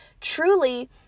truly